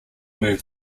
moved